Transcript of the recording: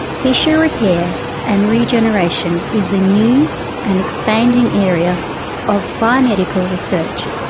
tissue repair and regeneration is a new and expanding area of biomedical research.